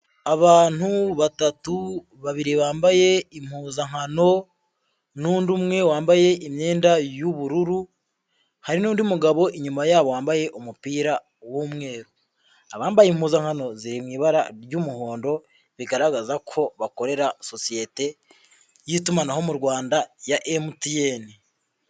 Abantu batatu babiri bambaye impuzankano n'undi umwe wambaye imyenda y'ubururu, hari n'undi mugabo inyuma yabo wambaye umupira w'umweru, abambaye impuzankano ziri mu ibara ry'umuhondo, bigaragaza ko bakorera sosiyete y'itumanaho mu Rwanda ya MTN.